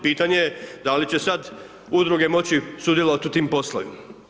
Pitanje je da li će sad udruge moći sudjelovati u tim poslovima?